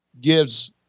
gives